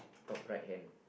top right hand